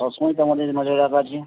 সব সময় তো আমাদের নজরে রাখা আছে